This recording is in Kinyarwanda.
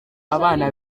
abana